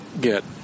get